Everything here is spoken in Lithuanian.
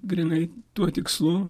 grynai tuo tikslu